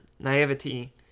naivety